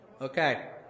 Okay